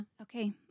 okay